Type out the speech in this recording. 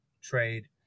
trade